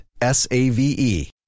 S-A-V-E